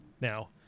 now